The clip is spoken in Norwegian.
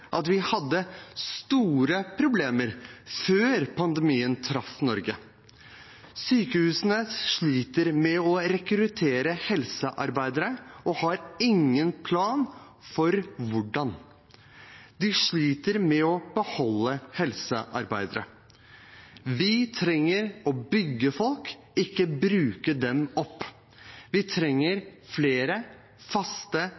at vi hadde store problemer også før pandemien traff Norge. Sykehusene sliter med å rekruttere helsearbeidere og har ingen plan for hvordan. De sliter med å beholde helsearbeidere. Vi trenger å bygge opp folk, ikke bruke dem opp. Vi trenger flere faste,